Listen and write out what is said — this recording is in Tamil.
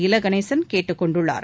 இலகணேசன் கேட்டுக் கொண்டுள்ளார்